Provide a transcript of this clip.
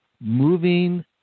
moving